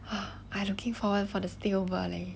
I looking forward for the stay over leh